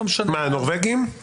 נורבגים?